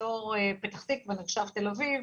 ואזור פתח תקווה נחשב תל אביב,